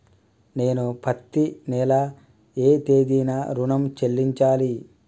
నేను పత్తి నెల ఏ తేదీనా ఋణం చెల్లించాలి?